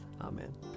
Amen